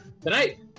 tonight